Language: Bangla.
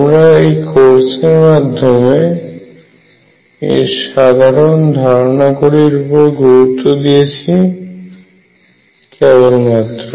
আমরা এই কোর্সের মাধ্যমে এর সাধারন ধারণা গুলির উপর গুরুত্ব দিয়েছি কেবলমাত্র